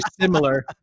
similar